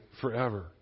forever